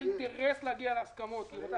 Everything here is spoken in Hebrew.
יש לה אינטרס להגיע להסכמות כי היא רוצה